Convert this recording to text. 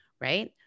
right